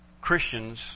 Christians